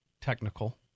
technical